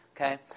Okay